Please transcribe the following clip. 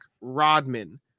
Rodman